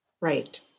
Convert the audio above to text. Right